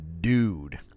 dude